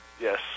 Yes